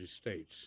States